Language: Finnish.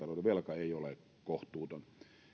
velka ei ole kohtuuton